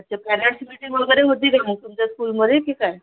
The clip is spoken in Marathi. अच्छा पॅरेंटस मीटिंग वगैरे होते का मग तुमच्या स्कूलमध्ये की काय